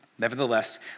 Nevertheless